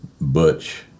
Butch